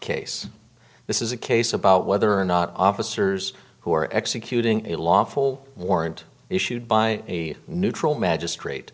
case this is a case about whether or not officers who are executing a lawful warrant issued by a neutral magistrate